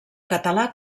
català